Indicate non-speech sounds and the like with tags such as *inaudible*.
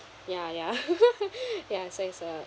ya ya *laughs* ya so it's a